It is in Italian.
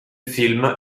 film